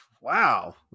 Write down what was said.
wow